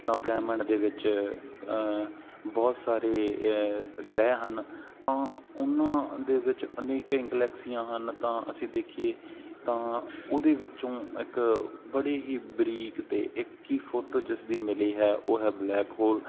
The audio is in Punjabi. ਤਾਂ ਬ੍ਰਹਿਮੰਡ ਦੇ ਵਿੱਚ ਬਹੁਤ ਸਾਰੇ ਗ੍ਰਹਿ ਹਨ ਤਾਂ ਉਹਨਾਂ ਦੇ ਵਿੱਚ ਅਨੇਕਾਂ ਹੀ ਗਲੈਕਸੀਆਂ ਹਨ ਤਾਂ ਅਸੀਂ ਦੇਖੀਏ ਤਾਂ ਉਹਦੇ ਵਿੱਚੋਂ ਇੱਕ ਬੜੀ ਹੀ ਬਰੀਕ ਅਤੇ ਇੱਕ ਹੀ ਫੋਟੋ ਜਿਸ ਦੀ ਮਿਲੀ ਹੈ ਉਹ ਹੈ ਬਲੈਕ ਹੋਲ